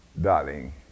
darling